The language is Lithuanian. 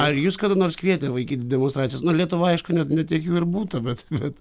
ar jus kada nors kvietė vaikyt demonstracijas nu lietuvoj aišku ne ne tiek jų ir būtų bet bet